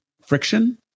friction